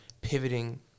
pivoting